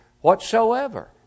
whatsoever